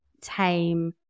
tame